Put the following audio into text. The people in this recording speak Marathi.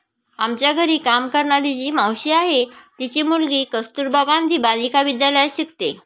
आमच्या घरी काम करणारी जी मावशी आहे, तिची मुलगी कस्तुरबा गांधी बालिका विद्यालयात शिकते